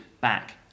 back